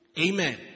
Amen